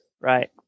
Right